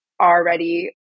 already